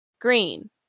green